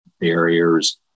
barriers